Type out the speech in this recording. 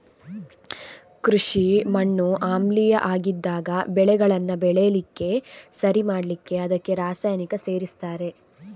ಕೃಷಿ ಮಣ್ಣು ಆಮ್ಲೀಯ ಆಗಿದ್ದಾಗ ಬೆಳೆಗಳನ್ನ ಬೆಳೀಲಿಕ್ಕೆ ಸರಿ ಮಾಡ್ಲಿಕ್ಕೆ ಅದಕ್ಕೆ ರಾಸಾಯನಿಕ ಸೇರಿಸ್ತಾರೆ